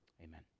amen